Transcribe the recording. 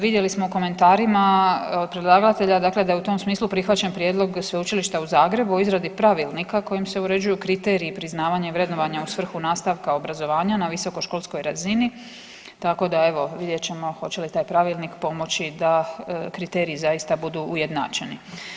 Vidjeli smo u komentarima od predlagatelja dakle da je u tom smislu prihvaćen prijedlog Sveučilišta u Zagrebu o izradi pravilnika kojim se uređuju kriteriji priznavanja i vrednovanja u svrhu nastavka obrazovanja na visokoškolskoj razini tako da evo vidjet ćemo hoće li taj pravilnik pomoći da kriteriji zaista budu ujednačeni.